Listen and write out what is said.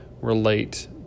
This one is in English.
Relate